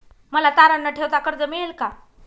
मला तारण न ठेवता कर्ज मिळेल का?